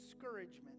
discouragement